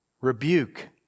rebuke